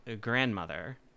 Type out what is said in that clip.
grandmother